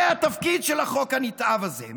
זה התפקיד של החוק הנתעב הזה,